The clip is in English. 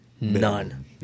none